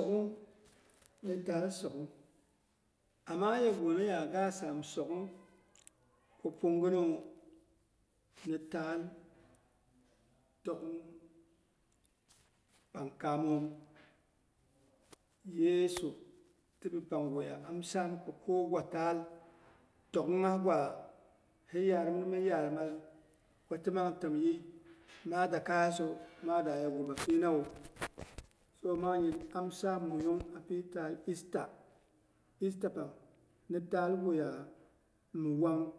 Dung ni taal so'gh, ama yegunaya ga sam sogh ko pungɨnawu. Ni taal togh pang kaamom yesu. Tibi panguya amsam ko kogwa taal tokgh ngha gwa hi yaar min mi yaar mal kotimang təmyɨi ma dakaiyasu mada yegu bapinawu, sabo mangnyin am saam minyung a taal easter. Easter pang ni taal guya mi wang,